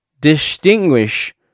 distinguish